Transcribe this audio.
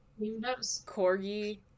Corgi